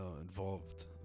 involved